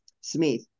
Smith